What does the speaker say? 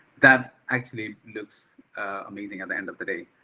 that actually looks amazing at the end of the day.